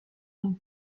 femme